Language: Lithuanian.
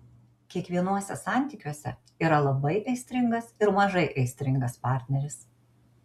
kiekvienuose santykiuose yra labai aistringas ir mažai aistringas partneris